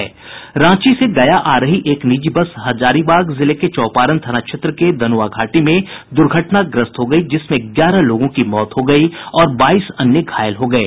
रांची से गया आ रही एक निजी बस हजारीबाग जिले के चौपारण थाना क्षेत्र के दनुआ घाटी में दुर्घटनाग्रस्त हो गयी जिसमें ग्यारह लोगों की मौत हो गयी और बाईस अन्य घायल हो गये